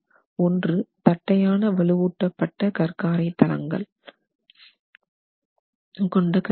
ஒன்று தட்டையான வலுவூட்ட பட்ட கற்காரை தளங்கள் கொண்ட கட்டிடம்